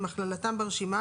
עם הכללתם ברשימה,